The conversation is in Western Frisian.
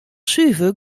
suver